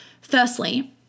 firstly